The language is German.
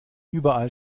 überall